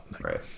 Right